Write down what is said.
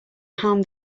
harm